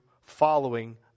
following